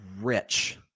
rich